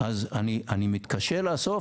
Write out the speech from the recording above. אז אני מתקשה לאסוף,